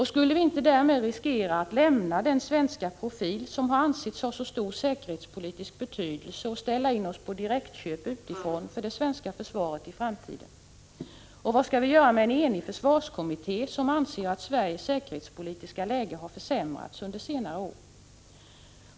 Skulle vi inte därför riskera att lämna den svenska profil som har ansetts ha så stor säkerhetspolitisk betydelse och ställa in oss på direktköp utifrån för det svenska försvaret i framtiden? säkerhetspolitiska läge har försämrats under senare år?